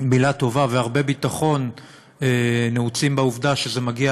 מילה טובה והרבה ביטחון נעוצים בעובדה שזה מגיע